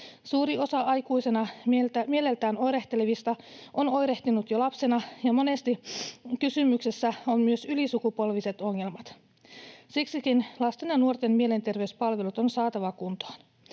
Suuri osa aikuisena mieleltään oirehtelevista on oirehtinut jo lapsena, ja monesti kysymyksessä ovat myös ylisukupolviset ongelmat. Siksikin lasten ja nuorten mielenterveyspalvelut on saatava kuntoon.